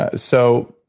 ah so,